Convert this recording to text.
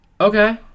Okay